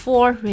Four